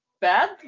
bad